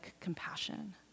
compassion